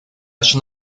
schon